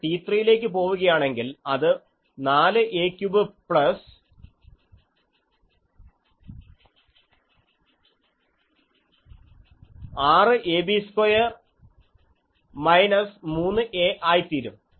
നമ്മൾ T3 ലേക്ക് പോവുകയാണെങ്കിൽ അത് 4a3 plus 6ab2 minus 3a ആയിത്തീരും